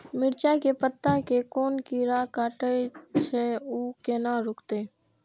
मिरचाय के पत्ता के कोन कीरा कटे छे ऊ केना रुकते?